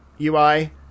UI